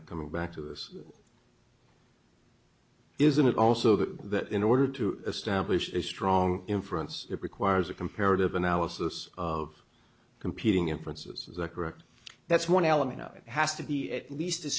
up coming back to us isn't it also that in order to establish a strong inference it requires a comparative analysis of competing inference is that correct that's one element of it has to be at least as